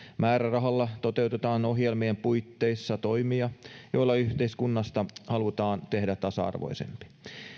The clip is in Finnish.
määrärahalla toteutetaan ohjelmien puitteissa toimia joilla yhteiskunnasta halutaan tehdä tasa arvoisempi